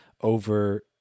over